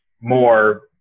more